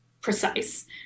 precise